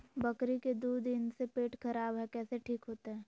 बकरी के दू दिन से पेट खराब है, कैसे ठीक होतैय?